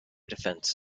defense